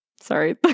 Sorry